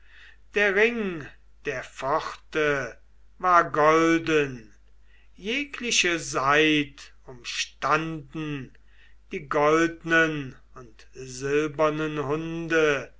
der ring der pforte war golden jegliche seit umstanden die goldnen und silbernen hunde